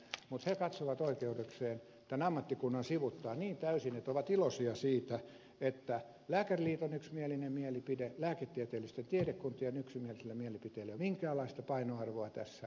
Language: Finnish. mutta he katsovat oikeudekseen tämän ammattikunnan sivuuttaa niin täysin että ovat iloisia siitä että lääkäriliiton yksimielisellä mielipiteellä lääketieteellisten tiedekuntien yksimielisellä mielipiteellä ei ole minkäänlaista painoarvoa tässä